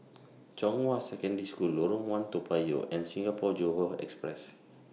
Zhonghua Secondary School Lorong one Toa Payoh and Singapore Johore Express